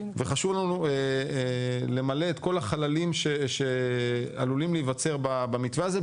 וחשוב לנו למלא את כל החללים שעלולים להיווצר במתווה הזה,